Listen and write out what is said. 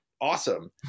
awesome